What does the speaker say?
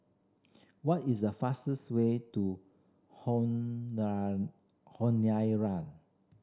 what is the fastest way to Honiara